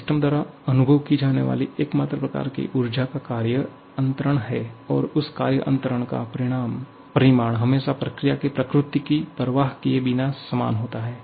system द्वारा अनुभव की जाने वाली एकमात्र प्रकार की ऊर्जा का कार्य अंतरण है और उस कार्य अंतरण का परिमाण हमेशा प्रक्रिया की प्रकृति की परवाह किए बिना समान होता है